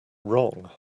wrong